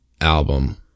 album